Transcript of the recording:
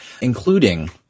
including